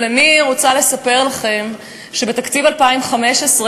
אבל אני רוצה לספר לכם שבתקציב 2015,